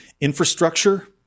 infrastructure